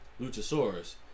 Luchasaurus